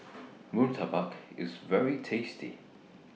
Murtabak IS very tasty